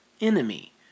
enemy